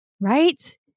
Right